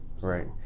right